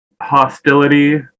hostility